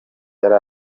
yari